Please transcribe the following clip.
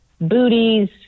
booties